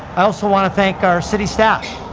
i also want to thank our city staff.